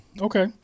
Okay